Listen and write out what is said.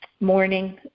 morning